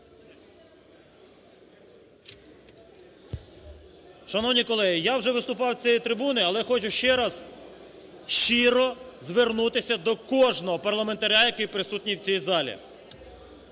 Шановні колеги! Я вже виступав з цієї трибуни, але хочу ще раз щиро звернутися до кожного парламентаря, який присутній в цій залі.